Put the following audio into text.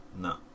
No